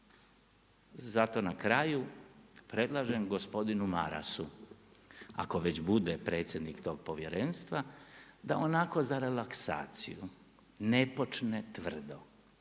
Zato na kraju predlažem gospodinu Marasu, ako već bude predsjednik tog povjerenstva da onako za relaksaciju ne počne tvrdo